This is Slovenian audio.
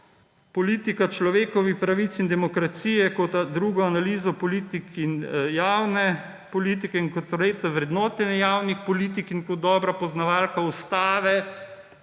politiko človekovih pravic in demokracije kot drugo analizo politik in javne politike in kot tretje vrednotenje javnih politik, in kot dobra poznavalka ustave